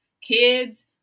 kids